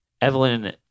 Evelyn